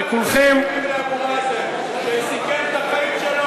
אני רואה את אבו מאזן שסיכן את החיים שלו.